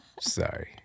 Sorry